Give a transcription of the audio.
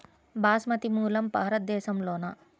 బాస్మతి మూలం భారతదేశంలోనా?